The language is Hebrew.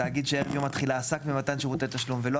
תאגיד שערב יום התחילה עסק במתן שירותי תשלום ולא